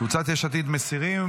קבוצת יש עתיד מסירים.